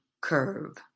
curve